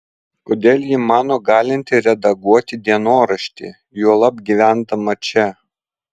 kodėl ji mano galinti redaguoti dienoraštį juolab gyvendama čia